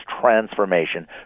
transformation